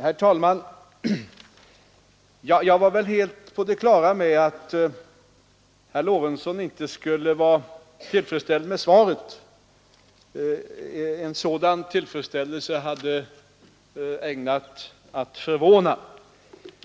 Herr talman! Jag var helt på det klara med att herr Lorentzon inte skulle vara tillfredsställd med svaret — en sådan tillfredsställelse hade varit ägnad att förvåna.